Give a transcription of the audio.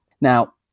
Now